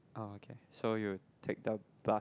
oh okay so you take down bus